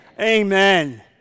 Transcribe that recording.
Amen